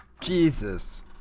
Jesus